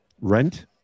rent